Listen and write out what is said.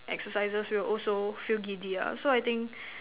exercises will also feel giddy ah so I think